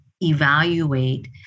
evaluate